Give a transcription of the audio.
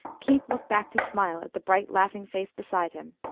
keith looked back to smile at the bright laughing face beside him.